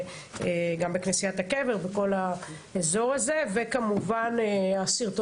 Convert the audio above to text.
בכנסיית הקבר ובכל האזור הזה ועל הסרטונים